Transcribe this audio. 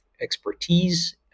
expertise